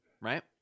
right